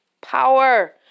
Power